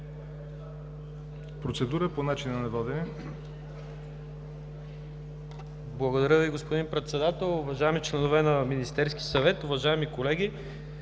процедура по начина на водене.